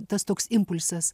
tas toks impulsas